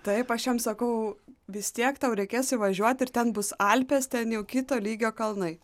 taip aš jam sakau vis tiek tau reikės įvažiuoti ir ten bus alpės ten jau kito lygio kalnai